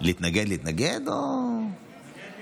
להתנגד להתנגד או, מתנגד,